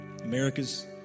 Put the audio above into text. America's